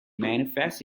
manifest